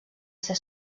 ser